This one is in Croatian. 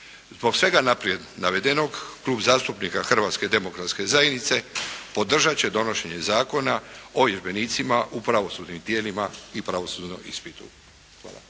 Zbog svega naprijed navedenog Klub zastupnika Hrvatske demokratske zajednice podržat će donošenje Zakona o vježbenicima u pravosudnim tijelima i pravosudnom ispitu. Hvala.